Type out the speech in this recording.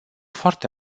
foarte